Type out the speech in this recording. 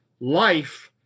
life